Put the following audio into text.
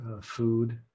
food